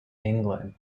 england